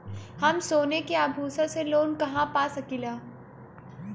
हम सोने के आभूषण से लोन कहा पा सकीला?